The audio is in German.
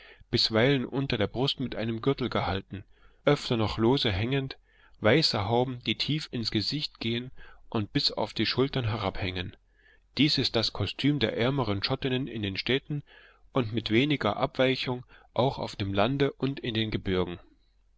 bisweilen unter der brust mit einem gürtel gehalten öfter noch lose hängend weiße hauben die tief ins gesicht gehen und bis auf die schultern herabhängen dies ist das kostüm der ärmeren schottinnen in den städten und mit weniger abweichung auch auf dem lande und in den gebirgen